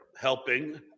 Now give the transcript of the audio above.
helping